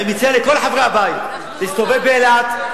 אני מציע לכל חברי הבית להסתובב באילת,